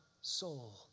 soul